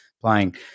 playing